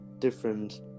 different